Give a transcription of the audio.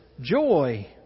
joy